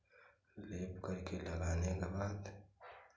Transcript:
लेप करके लगाने के बाद